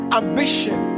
ambition